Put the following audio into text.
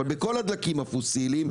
אבל בכל הדלקים הפוסיליים,